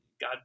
God